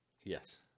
Yes